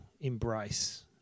embrace